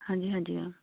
ਹਾਂਜੀ ਹਾਂਜੀ ਮੈਮ